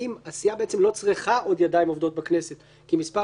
אם הסיעה בעצם לא צריכה עוד ידיים עובדות בכנסת כי מספר